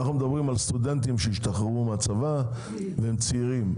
אנחנו מדברים על סטודנטים שהשתחררו מהצבא והם צעירים.